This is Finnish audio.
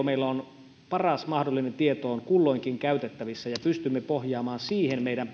meillä on paras mahdollinen tieto kulloinkin käytettävissä ja pystymme pohjaamaan siihen meidän